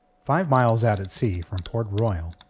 five miles out at sea from port royal,